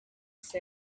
said